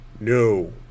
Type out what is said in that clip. no